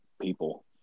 people